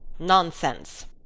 nonsense,